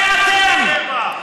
זה אתם.